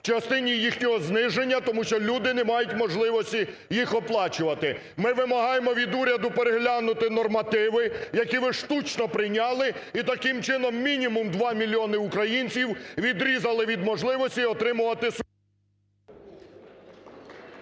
частині їхнього зниження, тому що люди не мають можливості їх оплачувати. Ми вимагаємо від уряду переглянути нормативи, які ви штучно прийняли, і таким чином, мінімум два мільйони українців відрізали від можливості отримувати…